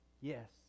Yes